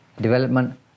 development